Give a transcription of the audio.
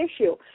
issue